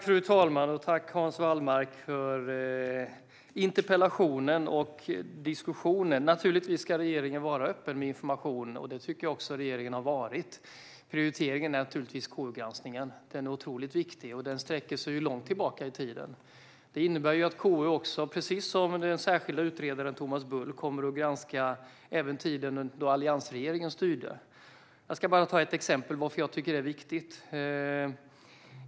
Fru talman! Jag tackar Hans Wallmark för interpellationen och diskussionen. Naturligtvis ska regeringen vara öppen med information, och det tycker jag att regeringen har varit. Prioriteringen är naturligtvis KU-granskningen. Den är otroligt viktig. Den sträcker sig långt tillbaka i tiden. Det innebär att KU, precis som den särskilda utredaren Thomas Bull, kommer att granska även tiden då alliansregeringen styrde. Jag ska bara ta ett exempel på varför jag tycker att det är viktigt.